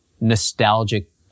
nostalgic